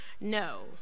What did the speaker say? No